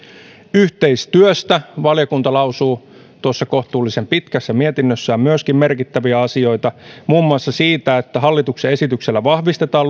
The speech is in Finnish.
yhteistyöstä valiokunta lausuu kohtuullisen pitkässä mietinnössään myöskin merkittäviä asioita muun muassa siitä että hallituksen esityksellä vahvistetaan